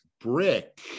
brick